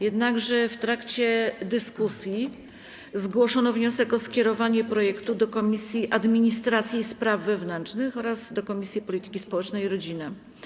Jednakże w trakcie dyskusji zgłoszono wniosek o skierowanie projektu do Komisji Administracji i Spraw Wewnętrznych oraz do Komisji Polityki Społecznej i Rodziny.